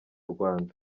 rwanda